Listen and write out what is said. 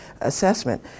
assessment